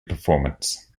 performance